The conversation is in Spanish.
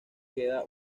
queda